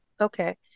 Okay